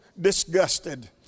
disgusted